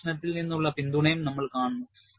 പരീക്ഷണത്തിൽ നിന്നുള്ള പിന്തുണയും നമ്മൾ കാണുന്നു